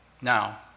Now